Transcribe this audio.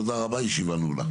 תודה רבה, הישיבה נעולה.